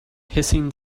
hissing